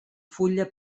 fulla